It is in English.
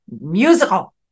musical